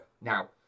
Now